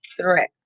threat